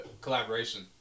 collaboration